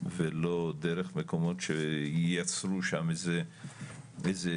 ולא דרך מקומות שיעצרו שם וזה סכסוכים,